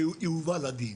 שיובא לדין.